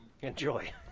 Enjoy